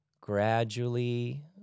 gradually